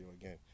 again